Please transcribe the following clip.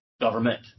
government